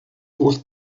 holl